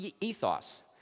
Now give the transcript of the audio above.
ethos